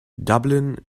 dublin